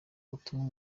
ubutumwa